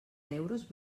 euros